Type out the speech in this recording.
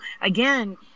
again